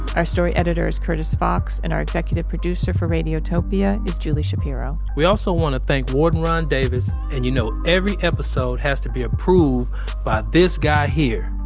our story editor is curtis fox and our executive producer for radiotopia is julie shapiro. we also want to thank warden ron davis, and you know every episode has to be approved by but this guy here.